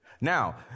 Now